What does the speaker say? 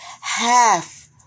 half